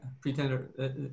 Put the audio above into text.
Pretender